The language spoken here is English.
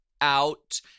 out